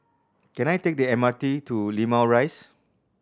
can I take the M R T to Limau Rise